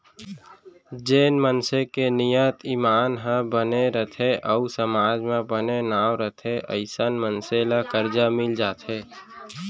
जेन मनसे के नियत, ईमान ह बने रथे अउ समाज म बने नांव रथे अइसन मनसे ल करजा मिल जाथे